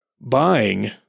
buying